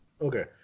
Okay